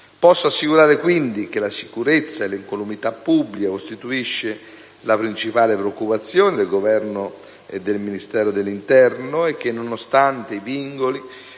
Posso assicurare, quindi, che la sicurezza e l'incolumità pubblica costituisce la principale preoccupazione del Governo e del Ministero dell'interno e che, nonostante i vincoli